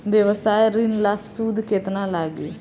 व्यवसाय ऋण ला सूद केतना लागी?